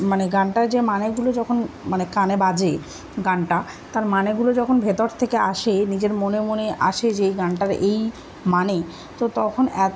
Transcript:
মানে গানটার যে মানেগুলো যখন মানে কানে বাজে গানটা তার মানেগুলো যখন ভেতর থেকে আসে নিজের মনে মনে আসে যে এই গানটার এই মানে তো তখন এত